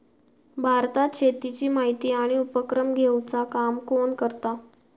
भारतात शेतीची माहिती आणि उपक्रम घेवचा काम कोण करता?